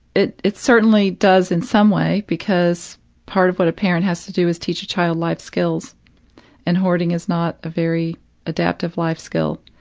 it it certainly does in some way because part of what a parent has to do is teach a child life skills and hoarding is not a very adaptive life skill.